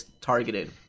targeted